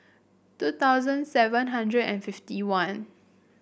two thousand seven hundred and fifty one